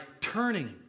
turning